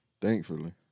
Thankfully